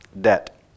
debt